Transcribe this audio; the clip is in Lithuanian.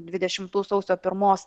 dvidešimtų sausio pirmos